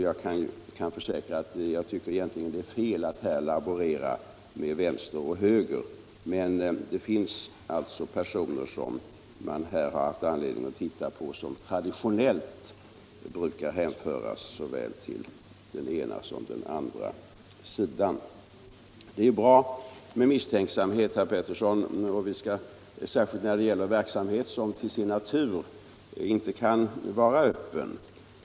Jag tycker som sagt att det egentligen är fel att här laborera med vänster och höger, men det finns personer som man haft anledning att titta på och som traditionellt brukar hänföras till såväl den ena som den andra sidan. Det är bra med misstänksamhet, herr Pettersson, särskilt när det gäller verksamhet som till sin natur inte kan vara öppen.